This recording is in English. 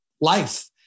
life